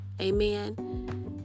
amen